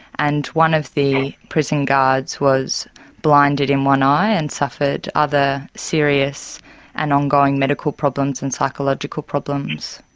and one of the prison guards was blinded in one eye and suffered other serious and ongoing medical problems and psychological problems.